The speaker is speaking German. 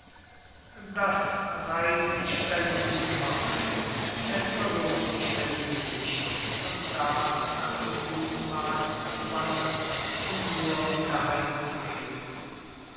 das reisen stellen sie immer ein es verlohnt sich der mühe nicht von da nach dem judenmarkt zu wandern um nur wieder heimzugehen